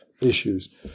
issues